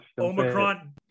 Omicron